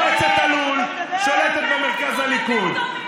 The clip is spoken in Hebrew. מועצת הלול שולטת במרכז הליכוד,